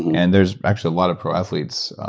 and there's actually a lot of pro athletes,